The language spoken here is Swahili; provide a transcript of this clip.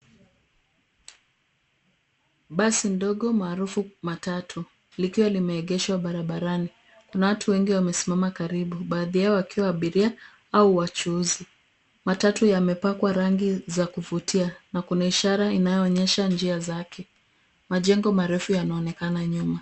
Basi dogo maarufu matatu likiwa limeegeshwa barabarani. Kuna watu wengi wamesimama karibu. Baadhi yao wakiwa abiria au wachuuzi. Matatu yamepakwa rangi za kuvutia na kuna ishara inayoonyesha njia zake. Majengo marefu yanaonekana nyuma.